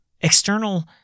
external